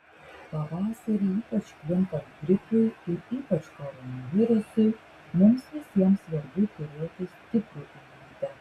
pavasarį ypač plintant gripui ir ypač koronavirusui mums visiems svarbu turėti stiprų imunitetą